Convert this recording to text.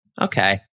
Okay